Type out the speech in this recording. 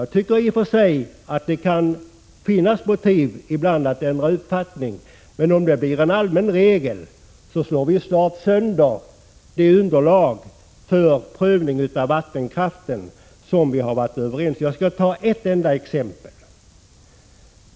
Jag tycker i och för sig att det ibland kan finnas motiv för att ändra uppfattning, men om det blir en allmän regel att man skall göra på det sättet slår vi snart sönder det underlag för prövning av vattenkraften som vi har varit överens om att ha. Jag skall ta ett exempel.